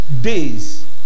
days